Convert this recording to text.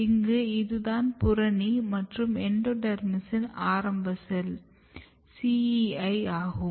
இங்கு இதுதான் புறணி மற்றும் எண்டோடெர்மிஸின் ஆரம்ப செல் CEI ஆகும்